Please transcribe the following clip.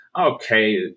okay